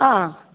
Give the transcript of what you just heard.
अँ